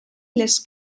les